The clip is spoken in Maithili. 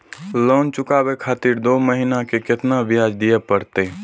लोन चुकाबे खातिर दो महीना के केतना ब्याज दिये परतें?